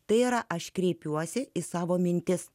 tai yra aš kreipiuosi į savo mintis